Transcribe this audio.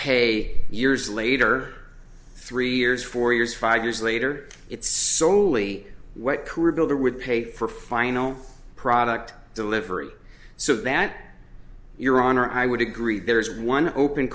pay years later three years four years five years later it's solely what career builder would pay for final product delivery so that your honor i would agree there is one open